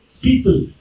People